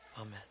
Amen